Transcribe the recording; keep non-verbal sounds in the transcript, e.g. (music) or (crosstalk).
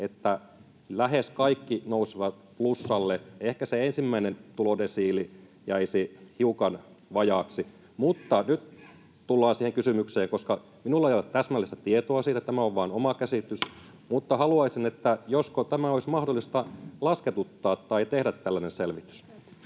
että lähes kaikki nousevat plussalle — ehkä se ensimmäinen tulodesiili jäisi hiukan vajaaksi. Mutta nyt tullaan siihen kysymykseen: minulla ei ole täsmällistä tietoa siitä, tämä on vain oma käsitys, (noise) mutta haluaisin, että josko tämä olisi mahdollista lasketuttaa tai tehdä tällainen selvitys.